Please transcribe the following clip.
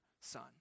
son